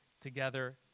together